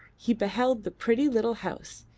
he beheld the pretty little house,